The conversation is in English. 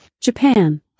Japan